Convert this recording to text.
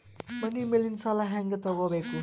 ಮನಿ ಮೇಲಿನ ಸಾಲ ಹ್ಯಾಂಗ್ ತಗೋಬೇಕು?